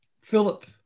Philip